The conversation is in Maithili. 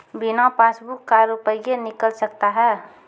बिना पासबुक का रुपये निकल सकता हैं?